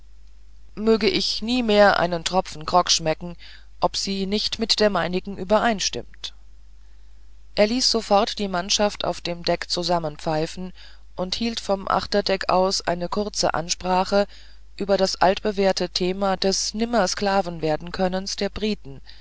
möge ich nie mehr einen tropfen grog schmecken ob sie nicht mit der meinigen übereinstimmt er ließ sofort die mannschaft auf dem deck zusammenpfeifen und hielt vom achterdeck aus eine kurze ansprache über das altbewährte thema des nimmer sklaven werden könnens der briten